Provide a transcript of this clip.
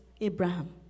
Abraham